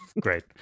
Great